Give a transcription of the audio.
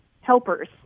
helpers